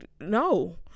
no